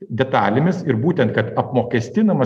detalėmis ir būtent kad apmokestinamas